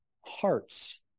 hearts